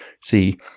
See